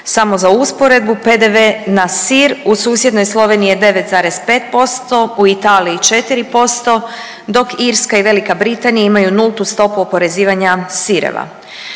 samo za usporedbu PDV na sir u susjednoj Sloveniji je 9,5%, u Italiji 4% dok Irska i Velika Britanija imaju nultu stopu oporezivanja sireva.